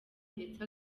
ndetse